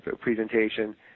presentation